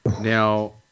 Now